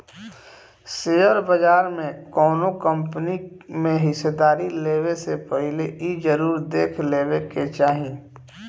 share बाजार में कौनो कंपनी में हिस्सेदारी लेबे से पहिले इ जरुर देख लेबे के चाही